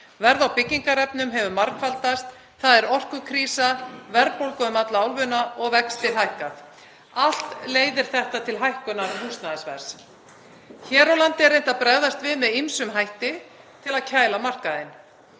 verð á byggingarefnum hefur margfaldast, það er orkukrísa, verðbólga um alla álfuna og vextir hafa hækkað. Allt leiðir þetta til hækkunar húsnæðisverðs. Hér á landi er reynt að bregðast við með ýmsum hætti til að kæla markaðinn.